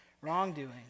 wrongdoing